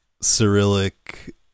cyrillic